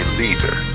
leader